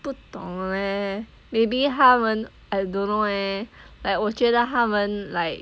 不懂 leh maybe 他们 I don't know eh like 我觉得他们 like